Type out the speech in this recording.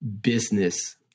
business